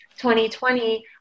2020